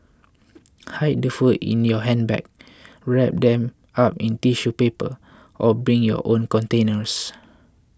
hide the food in your handbag wrap them up in tissue paper or bring your own containers